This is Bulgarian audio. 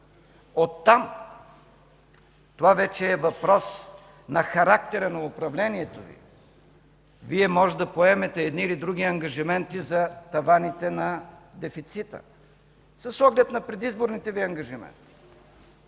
Оттам това вече е въпрос на характера на управлението Ви. Вие може да поемете едни или други ангажименти за таваните на дефицита с оглед на предизборните Ви ангажименти.